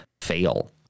fail